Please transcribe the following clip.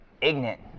ignorant